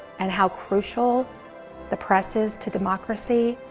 and how crucial the press is to democracy.